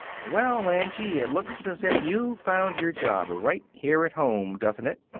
well, angie, it looks as if you'd found your job right here at home, doesn't it?